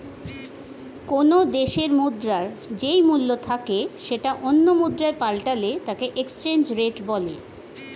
কোনো দেশের মুদ্রার যেই মূল্য থাকে সেটা অন্য মুদ্রায় পাল্টালে তাকে এক্সচেঞ্জ রেট বলে